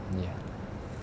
ya